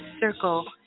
circle